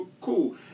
cool